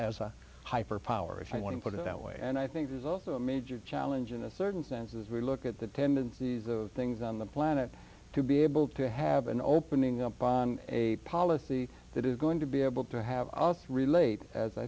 as a hyper power if i want to put it that way and i think there's also a major challenge in a certain sense as we look at the tendencies of things on the planet to be able to have an opening up on a policy that is going to be able to have us relate as i